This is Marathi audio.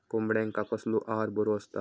कोंबड्यांका कसलो आहार बरो असता?